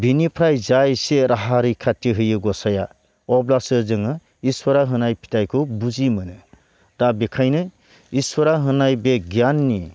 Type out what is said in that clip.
बिनिफ्राय जाय सेरहा रैखाथि होयो गसाइआ अब्लासो जोङो इसोरा होनाय फिथाइखौ बुजि मोनो दा बेखायनो इसोरा होनाय बे गियाननि